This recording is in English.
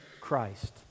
Christ